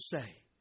say